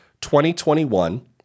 2021